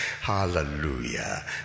Hallelujah